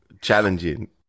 challenging